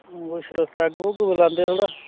peg पुग बी लांदे थोह्ड़ा